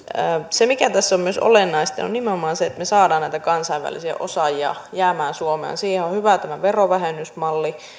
se mikä tässä on myös olennaista on nimenomaan se että me saamme näitä kansainvälisiä osaajia jäämään suomeen siihen on on hyvä tämä verovähennysmalli